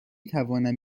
تونم